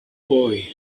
boy